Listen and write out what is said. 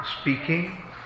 speaking